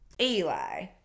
Eli